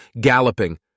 galloping